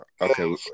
Okay